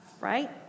right